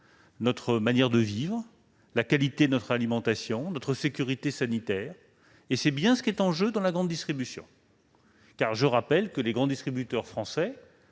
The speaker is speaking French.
notre manière de vivre, la qualité de notre alimentation, notre sécurité sanitaire, et c'est bien ce qui est en jeu dans la grande distribution. En effet, les grands distributeurs français